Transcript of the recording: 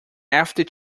after